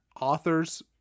authors